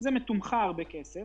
זה דבר שמתומחר בכסף.